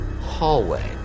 hallway